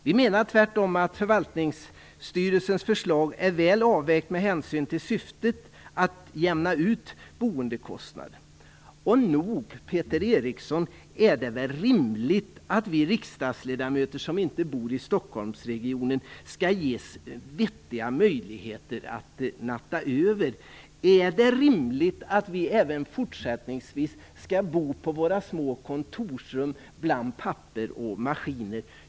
Vi menar tvärtom att förvaltningsstyrelsens förslag är väl avvägt med hänsyn till syftet, att jämna ut boendekostnaden. Nog är det väl rimligt, Peter Eriksson, att riksdagsledamöter som inte bor i Stockholmsregionen skall ges vettiga möjligheter att övernatta. Är det rimligt att vi även fortsättningsvis skall bo på våra små kontorsrum bland papper och maskiner?